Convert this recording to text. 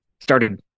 Started